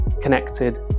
connected